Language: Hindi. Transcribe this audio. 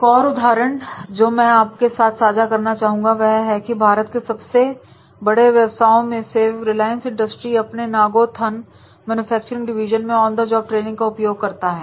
एक और उदाहरण जो मैं आपके साथ साझा करना चाहूंगा वह यह है कि भारत के सबसे बड़े व्यवसायों में से रिलायंस इंडस्ट्री अपने नागो थन मैन्युफैक्चरिंग डिवीजन में ऑन द जॉब ट्रेनिंग का उपयोग करता है